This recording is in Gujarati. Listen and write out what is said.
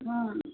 હ